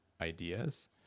ideas